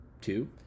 Two